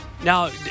Now